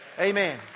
Amen